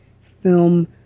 film